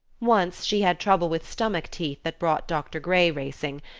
once she had trouble with stomach teeth that brought dr. gray racing,